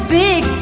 big